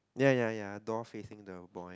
ya ya ya doll facing the boy